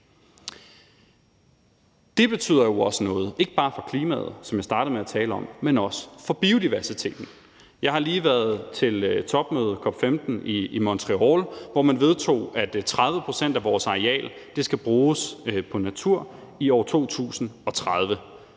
Det betyder jo også noget, ikke bare for klimaet, som jeg startede med at tale om, men også for biodiversiteten. Jeg har lige været til topmøde, COP15, i Montreal, hvor man vedtog, at 30 pct. af vores areal skal bruges på natur i år 2030.